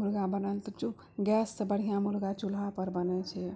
मुर्गा बनल तऽ चू गैससे बढ़िआँ मुर्गा चूल्हापर बनय छै